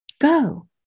Go